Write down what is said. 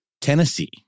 Tennessee